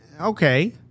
Okay